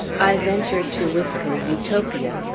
i ventured to whisper utopia,